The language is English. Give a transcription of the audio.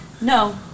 no